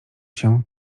się